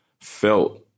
felt